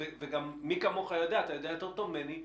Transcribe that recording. וגם מי כמוכה יודע אתה יודע יותר טוב ממני,